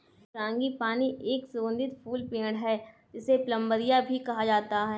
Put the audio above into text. frangipani एक सुगंधित फूल पेड़ है, जिसे प्लंबरिया भी कहा जाता है